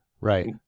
Right